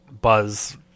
buzz